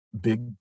big